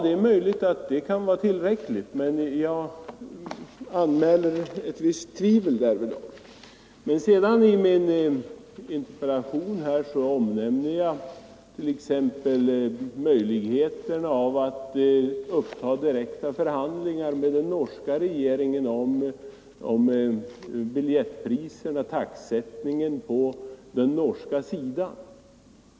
Det är möjligt att denna åtgärd kan vara tillräcklig, men jag hyser vissa tvivel därvidlag. I min interpellation omnämnde jag t.ex. möjligheterna att ta upp direkta förhandlingar med den norska regeringen om biljettpriser och taxesättning på den norska sidan.